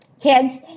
kids